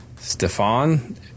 Stefan